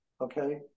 okay